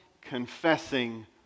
confessing